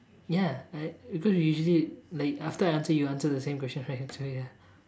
ya I cause usually like after I answer you answer the same question right so ya